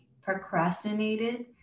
procrastinated